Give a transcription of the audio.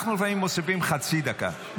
אנחנו לפעמים מוסיפים חצי דקה.